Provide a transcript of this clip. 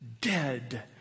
dead